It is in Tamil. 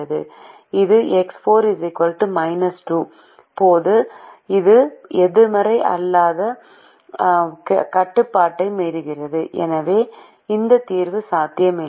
இப்போது எக்ஸ் 4 2 போது இது எதிர்மறை அல்லாத கட்டுப்பாட்டை மீறுகிறது எனவே இந்த தீர்வு சாத்தியமில்லை